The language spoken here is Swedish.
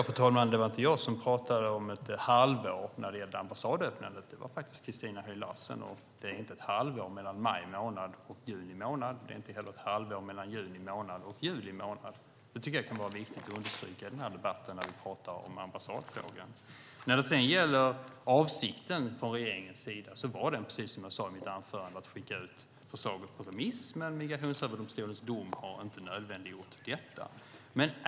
Fru talman! Det var inte jag som pratade om ett halvår när det gällde ambassadöppnandet. Det var faktiskt Christina Höj Larsen. Det är inte ett halvår mellan maj månad och juni månad. Det är inte heller ett halvår mellan juni månad och juli månad. Det tycker jag kan vara viktigt att understryka i den här debatten när vi pratar om ambassadfrågor. När det sedan gäller avsikten från regeringens sida var den, precis som jag sade i mitt anförande, att skicka ut förslaget på remiss, men Migrationsöverdomstolens dom har inte nödvändiggjort detta.